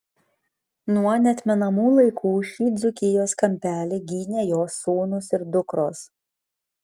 nuo neatmenamų laikų šį dzūkijos kampelį gynė jos sūnūs ir dukros